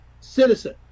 citizen